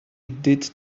did